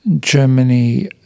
germany